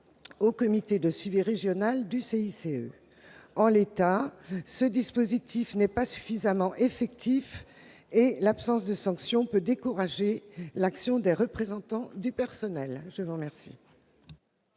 au comité de suivi régional du CICE. En l'état, le dispositif n'est pas suffisamment effectif. L'absence de sanctions peut décourager l'action des représentants du personnel. Quel